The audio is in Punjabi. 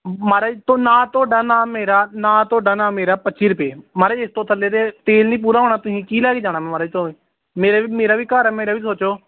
ਮਹਾਰਾਜ ਤੋਂ ਨਾ ਤੁਹਾਡਾ ਨਾ ਮੇਰਾ ਨਾ ਤੁਹਾਡਾ ਨਾ ਮੇਰਾ ਪੱਚੀ ਰੁਪਏ ਮਹਾਰਾਜ ਇਸ ਤੋਂ ਥੱਲੇ ਤਾਂ ਤੇਲ ਨਹੀਂ ਪੂਰਾ ਹੋਣਾ ਤੁਸੀਂ ਕੀ ਲੈ ਕੇ ਜਾਣਾ ਮਹਾਰਾਜ ਤੋਂ ਮੇਰੇ ਵੀ ਮੇਰਾ ਵੀ ਘਰ ਹੈ ਮੇਰਾ ਵੀ ਸੋਚੋ